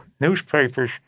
newspapers